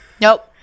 Nope